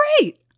great